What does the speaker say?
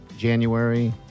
January